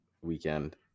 weekend